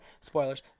Spoilers